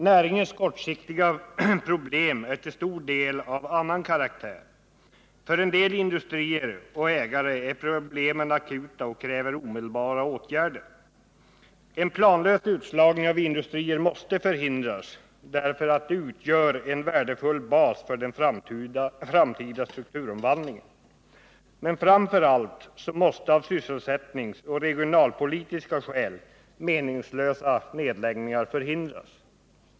Näringens kortsiktiga problem är till stor del av annan karaktär. För en del industrier och ägare är problemen akuta och kräver omedelbara åtgärder. En planlös utslagning av industrier måste förhindras, eftersom industrierna utgör en värdefull bas för den framtida strukturomvandlingen. Men framför allt måste av sysselsättningsoch regionalpolitiska skäl meningslösa nedläggningar förhindras.